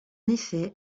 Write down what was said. effet